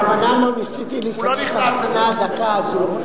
אני בכוונה לא ניסיתי להיכנס להבחנה הדקה הזו.